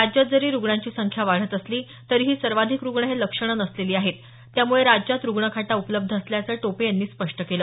राज्यात जरी रुग्णांची संख्या वाढत असली तरीही सर्वाधिक रुग्ण हे लक्षणं नसलेली आहेत त्यामुळे राज्यात रुग्णखाटा उपलब्ध असल्याचं टोपे यांनी स्पष्ट केलं